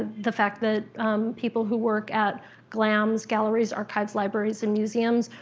ah the fact that people who work at glams, galleries, archives, libraries, and museums,